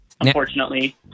unfortunately